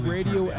Radio